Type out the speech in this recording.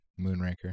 Moonraker